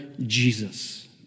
Jesus